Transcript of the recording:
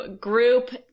group